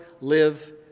live